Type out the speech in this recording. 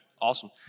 Awesome